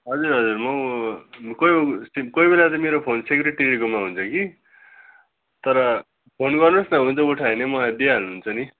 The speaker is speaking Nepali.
हजुर हजुर म कोही कोही बेला चाहिँ मेरो फोन सेक्रेटेरीकोमा हुन्छ कि तर फोन गर्नुहोस् न उठायो भने मलाई दिइहाल्नु हुन्छ नि